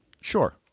sure